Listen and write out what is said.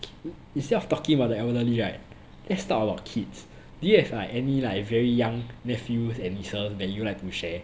instead of talking about the elderly right let's talk about kids do you have like any like very young nephews and nieces that you would like to share